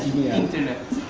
internet